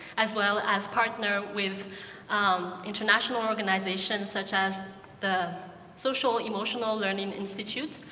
as well as partner with um international organizations, such as the social emotional learning institute,